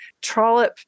Trollope